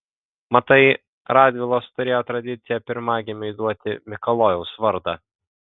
matai radvilos turėjo tradiciją pirmagimiui duoti mikalojaus vardą